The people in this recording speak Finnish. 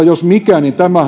jos mikä